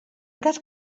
cas